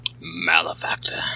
Malefactor